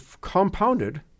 compounded